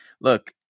look